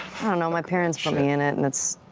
know, my parents put me in it and it's